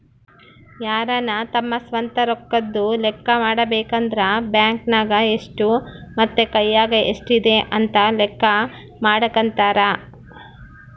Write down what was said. ಯಾರನ ತಮ್ಮ ಸ್ವಂತ ರೊಕ್ಕದ್ದು ಲೆಕ್ಕ ಮಾಡಬೇಕಂದ್ರ ಬ್ಯಾಂಕ್ ನಗ ಎಷ್ಟು ಮತ್ತೆ ಕೈಯಗ ಎಷ್ಟಿದೆ ಅಂತ ಲೆಕ್ಕ ಮಾಡಕಂತರಾ